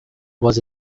was